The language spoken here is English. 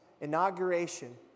inauguration